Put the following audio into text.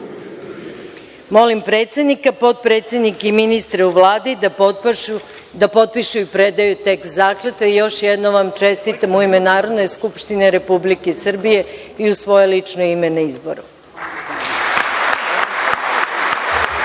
predsednika, potpredsednike i ministre u Vladi da potpišu i predaju tekst zakletve i još jednom vam čestitam u ime Narodne skupštine Republike Srbije i u svoje lično ime na